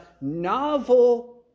novel